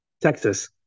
Texas